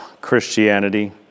Christianity